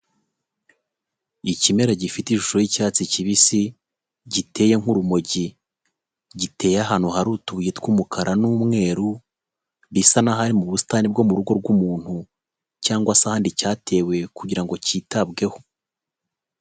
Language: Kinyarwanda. Ikimera gifite ishusho y'icyatsi kibisi, giteye nk'urumogi. Giteye ahantu hari utubuye tw'umukara n'umweru, bisa naho ari mu busitani bwo mu rugo rw'umuntu cyangwa se ahandi cyatewe kugira ngo cyitabweho.